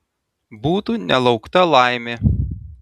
būtų nelaukta laimė